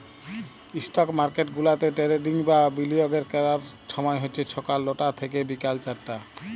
stock market গুলাতে trading বা বিলিয়গের ক্যরার ছময় হছে ছকাল লটা থ্যাইকে বিকাল চারটা